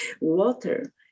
Water